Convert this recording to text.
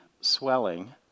swelling